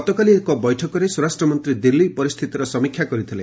ଗତକାଲି ଏକ ବୈଠକରେ ସ୍ୱରାଷ୍ଟ୍ରମନ୍ତ୍ରୀ ଦିଲ୍ଲୀ ପରିସ୍ଥିତିର ସମୀକ୍ଷା କରିଥିଲେ